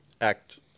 act